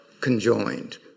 conjoined